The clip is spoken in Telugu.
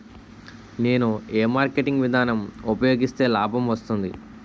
నేను ఏ మార్కెటింగ్ విధానం ఉపయోగిస్తే లాభం వస్తుంది?